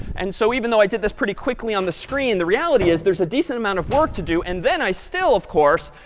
and so even though i did this pretty quickly on the screen, the reality is there's a decent amount of work to do. and then i still, of course,